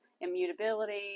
immutability